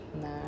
no